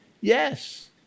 yes